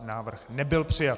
Návrh nebyl přijat.